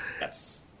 Yes